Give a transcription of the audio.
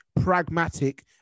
pragmatic